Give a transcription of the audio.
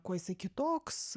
kuo jisai kitoks